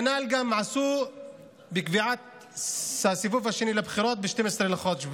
כנ"ל עשו בקביעת הסיבוב השני לבחירות ב-12 בחודש,